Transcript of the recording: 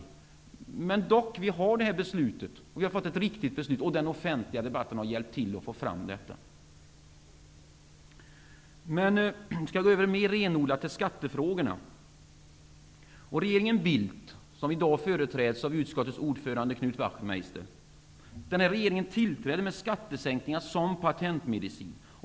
Men vi kommer dock att fatta detta beslut, och det är ett riktigt beslut. Och den offentliga debatten har hjälpt till att få fram detta beslut. Jag skall därefter övergå till att tala mer renodlat om skattefrågorna. Regeringen Bildt, som i dag företräds av skatteutskottets ordförande Knut Wachtmeister, tillträdde med skattesänkningar som patentmedicin.